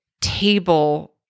table